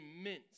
immense